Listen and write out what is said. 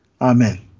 Amen